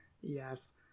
Yes